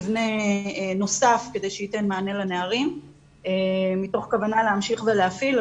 מבנה נוסף כדי שייתן מענה לנערים מתוך כוונה להמשיך ולהפעיל.